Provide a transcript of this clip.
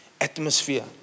atmosphere